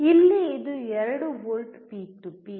ಇಲ್ಲಿ ಇದು 2 volt peak to peak